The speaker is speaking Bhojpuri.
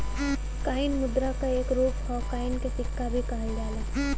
कॉइन मुद्रा क एक रूप हौ कॉइन के सिक्का भी कहल जाला